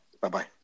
Bye-bye